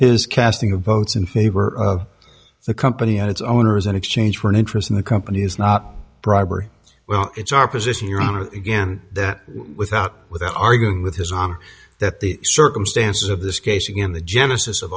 his casting of votes in favor of the company and its owners in exchange for an interest in the company is not bribery well it's our position your honor again that without without arguing with his honor that the circumstances of this case again the genesis of